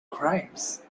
crimes